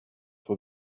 for